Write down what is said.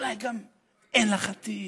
אולי גם אין לך עתיד.